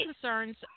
concerns